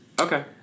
Okay